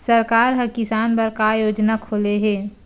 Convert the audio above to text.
सरकार ह किसान बर का योजना खोले हे?